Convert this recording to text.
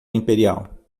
imperial